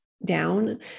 down